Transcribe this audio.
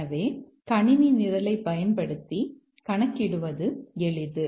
எனவே கணினி நிரலைப் பயன்படுத்தி கணக்கிடுவது எளிது